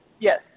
Yes